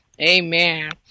amen